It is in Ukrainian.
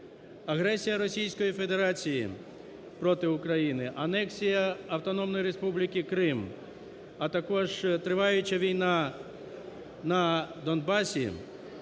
Агресія Російської Федерації проти України, анексія Автономної Республіки Крим, а також триваюча війна на Донбасі